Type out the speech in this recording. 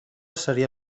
seria